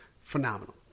phenomenal